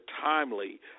timely